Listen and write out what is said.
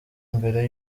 mbere